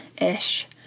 ish